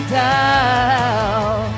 down